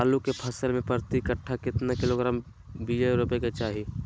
आलू के फसल में प्रति कट्ठा कितना किलोग्राम बिया रोपे के चाहि?